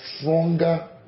stronger